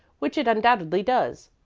which it undoubtedly does.